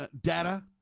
data